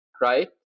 right